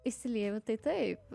įsilieju tai taip